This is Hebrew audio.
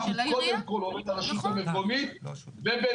הוא קודם כל עובד הרשות המקומית ובנוסף,